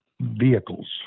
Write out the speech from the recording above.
vehicles